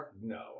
No